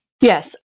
Yes